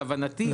להבנתי,